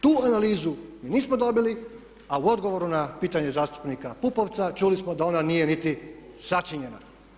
Tu analizu mi nismo dobili, a u odgovoru na pitanje zastupnika Pupovca čuli smo da ona nije niti sačinjena.